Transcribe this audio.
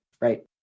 Right